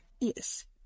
Yes